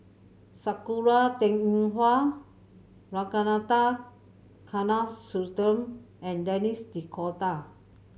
Sakura Teng Ying Hua Ragunathar Kanagasuntheram and Denis D'Cotta